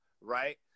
right